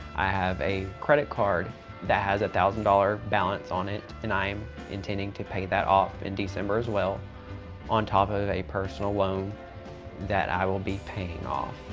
i have a credit card that has one thousand dollars balance on it and i'm intending to pay that off in december as well on top of a personal loan that i will be paying off.